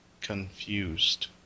confused